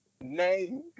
name